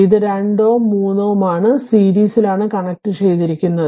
ഈ 2Ω 3Ω ആണ് സീരീസിലാണ് കണക്ട് ചെയ്തിരിക്കുന്നത്